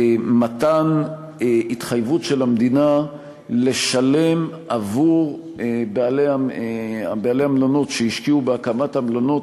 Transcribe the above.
מתן התחייבות של המדינה לשלם עבור בעלי המלונות שהשקיעו בהקמת המלונות